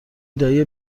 دایی